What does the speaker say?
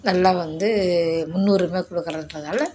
நல்லா வந்து முன்னுரிமை கொடுக்குறன்றதனால